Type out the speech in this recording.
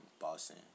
Boston